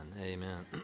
amen